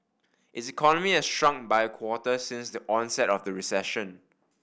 its economy has shrunk by a quarter since the onset of the recession